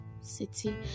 city